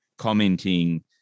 commenting